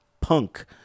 Punk